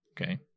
Okay